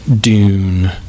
Dune